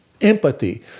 Empathy